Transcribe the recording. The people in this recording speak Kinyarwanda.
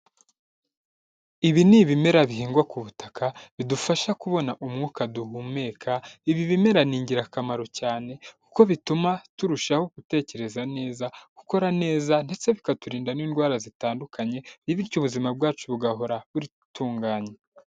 Ibi ni ibimera bihingwa ku butaka bidufasha kubona umwuka duhumeka; ibi bimera ni ingirakamaro cyane kuko bituma turushaho gutekereza neza; gukora neza ndetse bikaturinda n'indwara zitandukanye; bityo ubuzima bwacu bugahora butunganye.